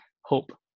hope